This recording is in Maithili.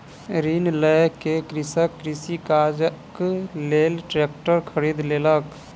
ऋण लय के कृषक कृषि काजक लेल ट्रेक्टर खरीद लेलक